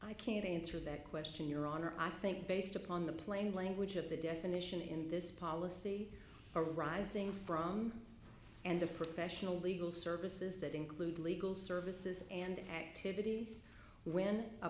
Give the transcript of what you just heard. i can't answer that question your honor i think based upon the plain language of the definition in this policy arising from and the professional legal services that include legal services and activities when a